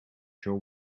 your